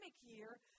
year